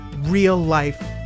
real-life